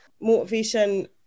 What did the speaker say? Motivation